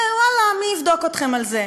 ואללה, מי יבדוק אתכם על זה?